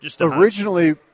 Originally